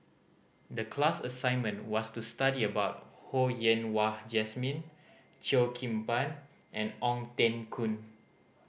the class assignment was to study about Ho Yen Wah Jesmine Cheo Kim Ban and Ong Teng Koon